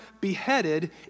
beheaded